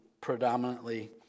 predominantly